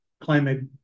climate